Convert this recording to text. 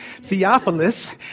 Theophilus